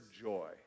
joy